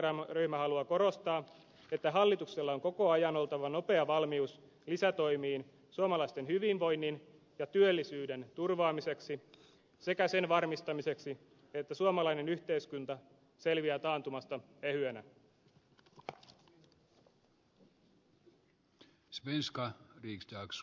vihreä eduskuntaryhmä haluaa korostaa että hallituksella on koko ajan oltava nopea valmius lisätoimiin suomalaisten hyvinvoinnin ja työllisyyden turvaamiseksi sekä sen varmistamiseksi että suomalainen yhteiskunta selviää taantumasta ehyenä